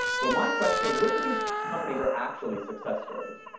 but my question is which of these companies are actually success stories?